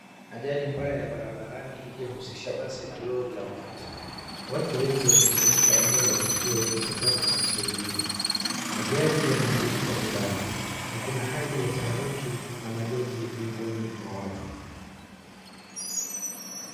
Ajali mbaya ya barabarani iliyohusisha basi na lori la mafuta. Watu wengi wamekusanyika eneo la tukio wakitazama na kusaidia. Magari yameharibika vibaya na kuna hali ya taharuki na majonzi miongoni mwa watu.